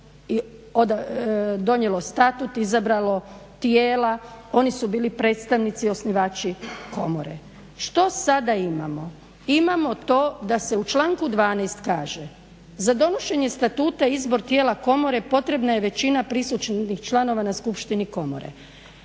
i donijelo statut, izabralo tijela, oni su bili predstavnici i osnivači komore. Što sada imamo? Imamo to da se u članku 12. kaže: "Za donošenje statuta izbor tijela komore potrebna je većina prisutnih članova na skupštini komore.